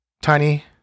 Tiny